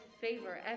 favor